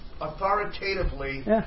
authoritatively